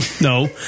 No